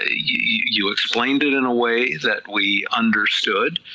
ah yeah you explained it in a way that we understood,